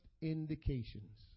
indications